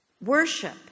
Worship